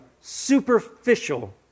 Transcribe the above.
superficial